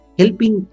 helping